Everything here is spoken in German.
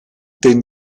den